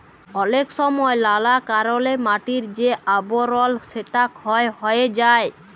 অলেক সময় লালা কারলে মাটির যে আবরল সেটা ক্ষয় হ্যয়ে যায়